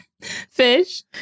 Fish